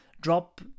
drop